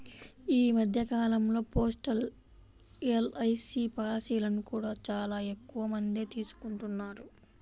ఈ మధ్య కాలంలో పోస్టల్ ఎల్.ఐ.సీ పాలసీలను కూడా చాలా ఎక్కువమందే తీసుకుంటున్నారు